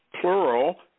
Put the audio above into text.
plural